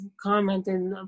commented